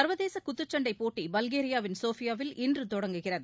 சர்வதேச குத்துச்சண்டை போட்டி பல்கேரியாவின் ஷோபியாவில் இன்று தொடங்குகிறது